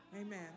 Amen